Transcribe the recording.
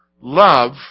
Love